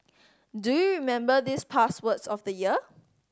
do you remember these past words of the year